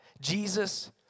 Jesus